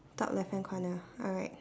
top left hand corner alright